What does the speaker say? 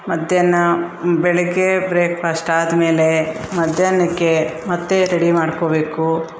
ಮಧ್ಯಾಹ್ನ ಬೆಳಗ್ಗೆ ಬ್ರೇಕ್ಫಾಸ್ಟ್ ಆದಮೇಲೆ ಮಧ್ಯಾಹ್ನಕ್ಕೆ ಮತ್ತೆ ರೆಡಿ ಮಾಡಿಕೊಬೇಕು